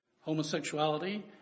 homosexuality